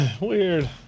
Weird